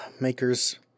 Maker's